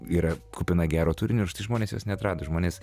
yra kupina gero turinio ir štai žmonės jos neatrado žmonės